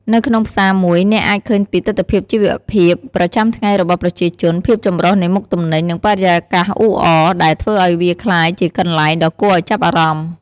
នៅក្នុងផ្សារមួយ អ្នកអាចឃើញពីទិដ្ឋភាពជីវភាពប្រចាំថ្ងៃរបស់ប្រជាជន ភាពចម្រុះនៃមុខទំនិញ និងបរិយាកាសអ៊ូអរ ដែលធ្វើឱ្យវាក្លាយជាកន្លែងដ៏គួរឱ្យចាប់អារម្មណ៍។